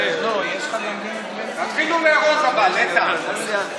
תתחילו לארוז, איתן.